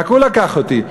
רק הוא לקח אותי.